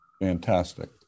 Fantastic